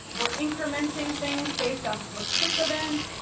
we're incrementing things based off of a click event.